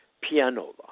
pianola